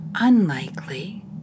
unlikely